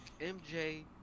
MJ